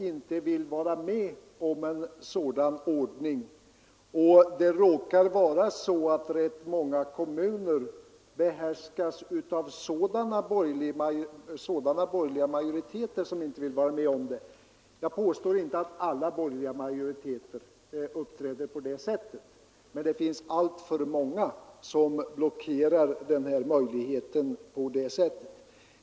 Det råkar också vara så att ganska många kommuner behärskas av sådana borgerliga majoriteter. Jag påstår inte att alla borgerliga majoriteter uppträder så, men det finns alltför många som på det sättet blockerar denna möjlighet.